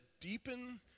deepen